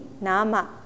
nama